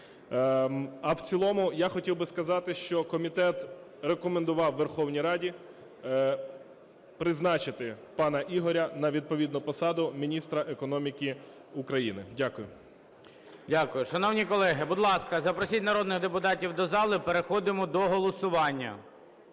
А в цілому я хотів би сказати, що комітет рекомендував Верховній Раді призначити пана Ігоря на відповідну посаду міністра економіки України. Дякую. ГОЛОВУЮЧИЙ. Дякую. Шановні колеги, будь ласка, запросіть народних депутатів до зали, переходимо до голосування.